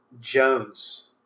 Jones